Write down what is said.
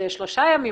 זה שלושה ימים,